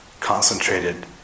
concentrated